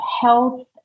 health